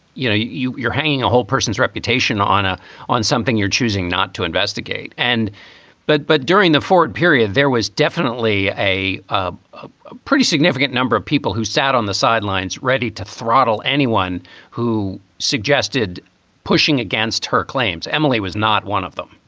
you know, you're hanging a whole person's reputation on ah on something you're choosing not to investigate. and but but during the ford period, there was definitely a ah a pretty significant number of people who sat on the sidelines ready to throttle anyone who suggested pushing against her claims. emily was not one of them.